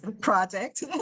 Project